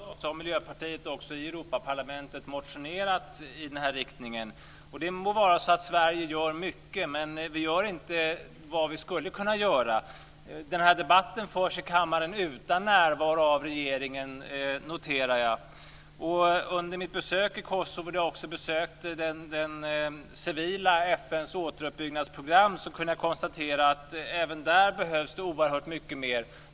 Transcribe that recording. Fru talman! Jo. Precis som jag nyss sade har Miljöpartiet i Europaparlamentet motionerat i den här riktningen. Det må vara att Sverige gör mycket men vi gör inte vad vi skulle kunna göra. Denna debatt förs här i kammaren utan regeringens närvaro, noterar jag. När jag var i Kosovo besökte jag bl.a. enheten för FN:s civila återuppbyggnadsprogram. Jag kunde då konstatera att även där behövs det oerhört mycket mer.